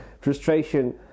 frustration